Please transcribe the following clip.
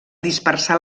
dispersar